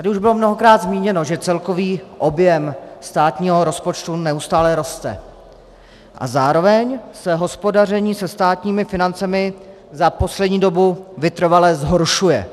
Tady už bylo mnohokrát zmíněno, že celkový objem státního rozpočtu neustále roste a zároveň se hospodaření se státními financemi za poslední dobu vytrvale zhoršuje.